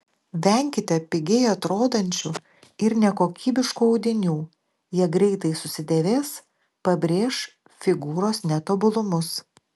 venkite pigiai atrodančių ir nekokybiškų audinių jie greitai susidėvės pabrėš figūros netobulumus